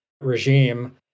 regime